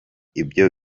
ibyo